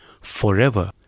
forever